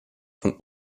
von